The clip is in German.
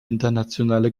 internationale